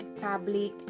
public